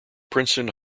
princeton